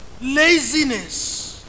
laziness